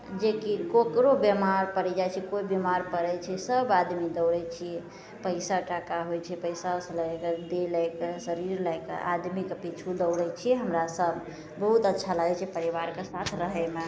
जेकि ककरो बेमार पड़ि जाइ छै कोइ बेमार पड़ै छै सभ आदमी दौड़ै छिए पइसा टाका होइ छै तऽ पइसा लैके शरीर लैके आदमीके पिछु दौड़ै छिए हमरासभ बहुत अच्छा लागै छै परिवारके साथ रहैमे